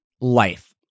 life